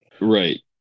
Right